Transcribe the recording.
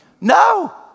No